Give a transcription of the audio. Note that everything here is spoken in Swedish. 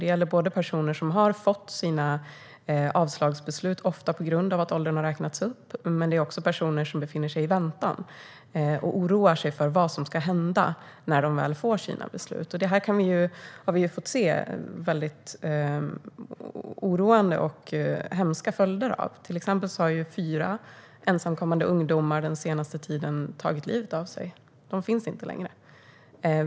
Det gäller personer som har fått sina avslagsbeslut, ofta på grund av att åldern har räknats upp, men också personer som befinner sig i väntan och oroar sig för vad som ska hända när de väl får sina beslut. Det här har vi fått se oroande och hemska följder av. Till exempel har fyra ensamkommande ungdomar den senaste tiden tagit livet av sig. De finns inte längre.